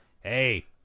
Hey